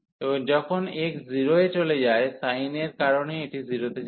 এবং যখন x 0 এ চলে যায় sin এর কারণে এটি 0 তে যাবে